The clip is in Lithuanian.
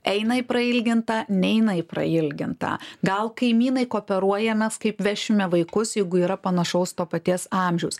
eina į prailgintą neina į prailgintą gal kaimynai kooperuojamės kaip vešime vaikus jeigu yra panašaus to paties amžiaus